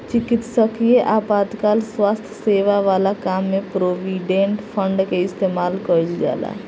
चिकित्सकीय आपातकाल स्वास्थ्य सेवा वाला काम में प्रोविडेंट फंड के इस्तेमाल कईल जाला